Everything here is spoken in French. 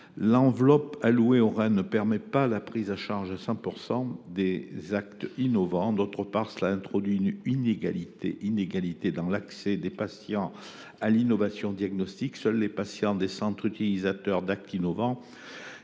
L’enveloppe allouée au RIHN ne permet pas la prise en charge à 100 % des actes innovants. Par ailleurs, le dispositif introduit une inégalité dans l’accès des patients à l’innovation diagnostique. En effet, seuls les patients des centres utilisateurs d’actes innovants